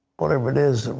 whatever it is,